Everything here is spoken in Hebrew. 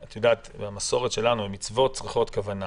במסורת שלנו מצוות צריכות כוונה,